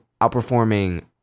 outperforming